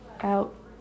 Out